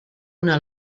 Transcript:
una